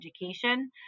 education